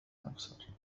أكثر